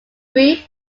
brief